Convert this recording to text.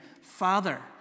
father